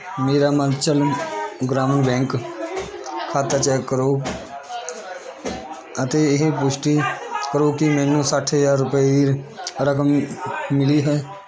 ਮੇਰਾ ਮੱਧਯਾਂਚਲ ਗ੍ਰਾਮੀਣ ਬੈਂਕ ਖਾਤਾ ਚੈੱਕ ਕਰੋ ਅਤੇ ਇਹ ਪੁਸ਼ਟੀ ਕਰੋ ਕਿ ਮੈਨੂੰ ਸੱਠ ਹਜ਼ਾਰ ਰੁਪਏ ਰਕਮ ਮਿਲੀ ਹੈ